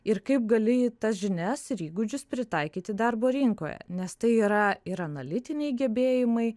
ir kaip gali tas žinias ir įgūdžius pritaikyti darbo rinkoje nes tai yra ir analitiniai gebėjimai